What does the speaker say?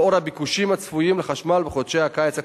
לאור הביקושים הצפויים לחשמל בחודשי הקיץ הקרוב.